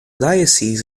diocese